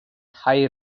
higher